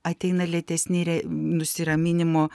ateina lėtesni re nusiraminimo